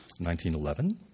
1911